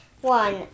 one